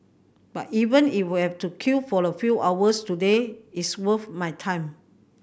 but even if we have to queue for a few hours today it's worth my time